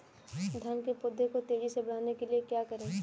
धान के पौधे को तेजी से बढ़ाने के लिए क्या करें?